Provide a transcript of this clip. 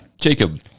Jacob